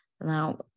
Now